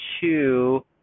two